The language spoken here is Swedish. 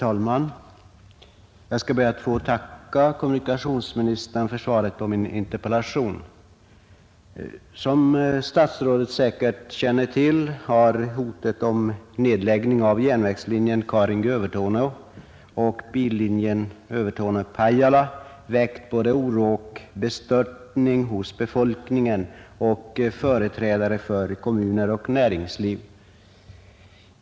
Herr talman! Jag ber att få tacka kommunikationsministern för svaret på min interpellation. Som statsrådet säkert känner till har hotet om nedläggning av järnvägslinjen Karungi—-Övertorneå och billinjen Övertorneå—Pajala väckt både oro och bestörtning hos befolkningen och företrädare för kommuner och näringsliv.